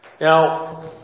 Now